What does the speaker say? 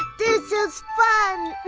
this is fun!